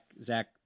Zach